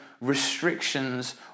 restrictions